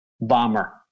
bomber